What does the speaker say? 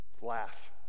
laugh